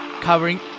covering